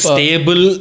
Stable